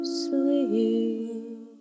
sleep